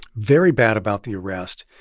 very bad about the arrest.